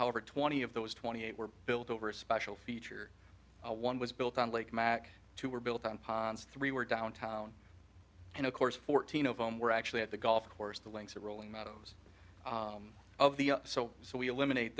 however twenty of those twenty eight were built over special feature one was built on lake mack two were built on three were downtown and of course fourteen of them were actually at the golf course the links of rolling meadows of the so so we eliminate